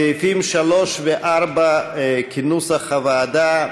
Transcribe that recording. סעיפים 3 ו-4, כנוסח הוועדה.